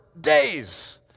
days